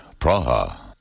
Praha